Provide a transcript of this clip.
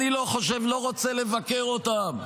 אני לא רוצה לבקר אותם.